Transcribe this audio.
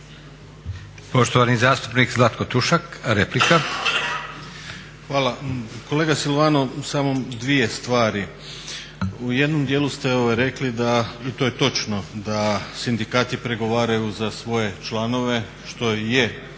(Hrvatski laburisti - Stranka rada)** Hvala. Kolega Silvano, samo dvije stvari. U jednom dijelu ste rekli i to je točno, da sindikati pregovaraju za svoje članove što je